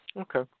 Okay